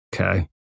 okay